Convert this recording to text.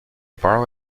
borrow